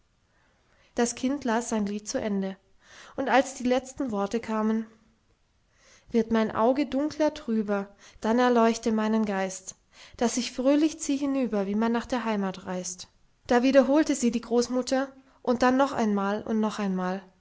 das kind las sein lied zu ende und als die letzten worte kamen wird mein auge dunkler trüber dann erleuchte meinen geist daß ich fröhlich zieh hinüber wie man nach der heimat reist da wiederholte sie die großmutter und dann noch einmal und noch einmal